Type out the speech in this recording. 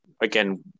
again